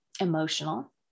emotional